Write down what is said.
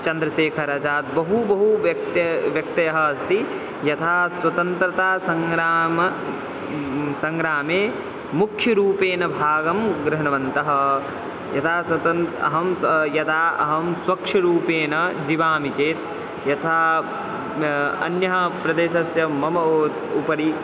चन्द्रसेखर् अजाद् बहु बहु व्यक्त्य व्यक्तयः अस्ति यथा स्वतन्त्रता सङ्ग्रामं सङ्ग्रामे मुख्यरूपेण भागं गृह्ण्वन्तः यदा स्वतन् अहं स यदा अहं स्वक्षरूपेण जीवामि चेत् यथा अन्यः प्रदेशस्य मम उपरि